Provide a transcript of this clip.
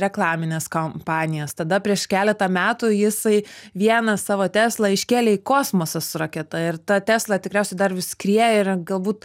reklamines kampanijas tada prieš keletą metų jisai vieną savo teslą iškėlė į kosmosą su raketa ir ta tesla tikriausiai dar vis skrieja ir galbūt